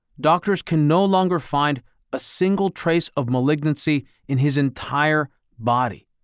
doctors can no longer find a single trace of malignancy in his entire body.